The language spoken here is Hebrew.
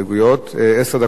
עשר דקות לפניך.